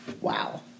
Wow